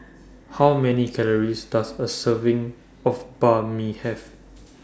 How Many Calories Does A Serving of Banh MI Have